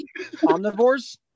omnivores